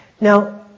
Now